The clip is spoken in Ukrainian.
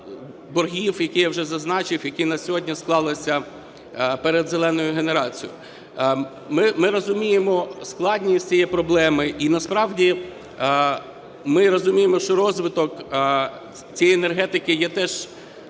боргів, які я вже зазначив, які на сьогодні склалися перед "зеленою" генерацією. Ми розуміємо складність цієї проблеми і насправді ми розуміємо, що розвиток цієї енергетики є теж дуже важливим